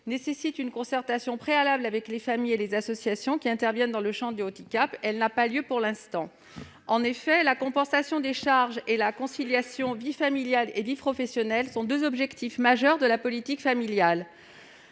nécessite une concertation préalable avec les familles et les associations intervenant dans le champ du handicap, qui n'a pas eu lieu pour l'instant. En effet, la compensation des charges et la conciliation entre vie familiale et vie professionnelle sont deux objectifs majeurs de la politique familiale.